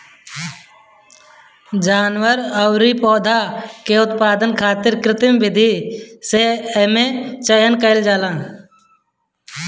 जानवर अउरी पौधा कुल के उत्पादन खातिर कृत्रिम विधि से एमे चयन कईल जाला